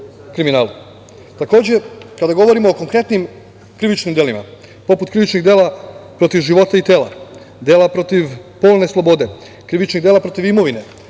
kada govorimo o konkretnim krivičnim delima, poput krivičnih dela protiv života i tela, dela protiv polne slobode, krivičnih dela protiv imovine,